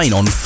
on